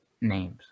names